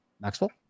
Maxwell